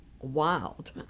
wild